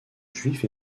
juifs